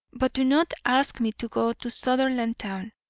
but do not ask me to go to sutherlandtown.